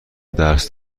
درس